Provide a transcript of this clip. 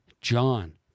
John